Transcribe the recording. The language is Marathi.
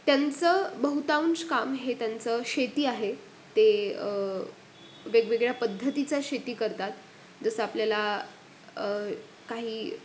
त्यांचं बहुतांंश काम हे त्यांचं शेती आहे ते वेगवेगळ्या पद्धतीचा शेती करतात जसं आपल्याला काही